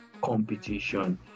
competition